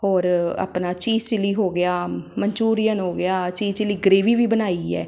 ਔਰ ਆਪਣਾ cheese chilli ਹੋ ਗਿਆ ਮਨਚੂਰੀਅਨ ਹੋ ਗਿਆ ਚੀਜ਼ ਚੀਲੀ ਗ੍ਰੇਵੀ ਵੀ ਬਣਾਈ ਹੈ